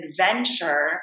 adventure